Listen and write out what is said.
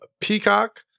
Peacock